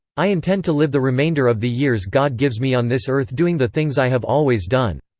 i intend to live the remainder of the years god gives me on this earth doing the things i have always done.